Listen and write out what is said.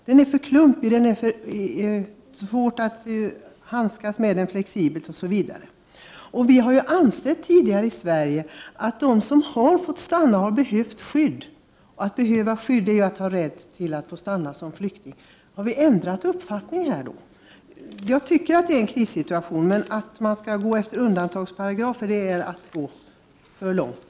Den är för klumpig, och det är svårt att handskas med den flexibelt. Vi har ansett tidigare i Sverige att de som har fått stanna här behöver skydd. Att behöva skydd innebär att man har rätt att stanna som flykting. Har vi ändrat uppfattning? Jag tycker att det är en krissituation, men att man skall gå efter undantagsparagrafer är att gå för långt.